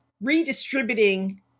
redistributing